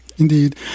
Indeed